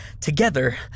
Together